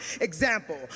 Example